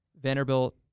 Vanderbilt